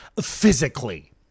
physically